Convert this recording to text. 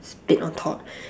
split on top